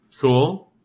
Cool